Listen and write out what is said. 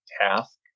task